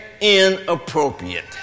inappropriate